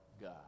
God